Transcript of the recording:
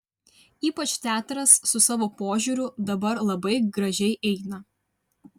ypač teatras su savo požiūriu dabar labai gražiai eina